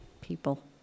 people